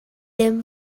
him